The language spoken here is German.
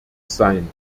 sein